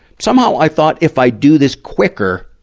somehow, i thought if i do this quicker,